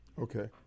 Okay